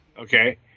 okay